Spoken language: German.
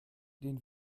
den